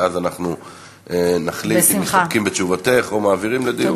ואז אנחנו נחליט אם מסתפקים בתשובתך או מעבירים לדיון.